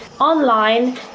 online